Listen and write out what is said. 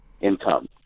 income